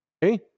Hey